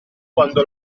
quando